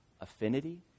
affinity